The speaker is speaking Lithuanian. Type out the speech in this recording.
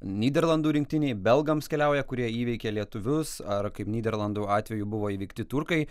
nyderlandų rinktinei belgams keliauja kurie įveikė lietuvius ar kaip nyderlandų atveju buvo įveikti turkai